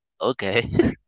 okay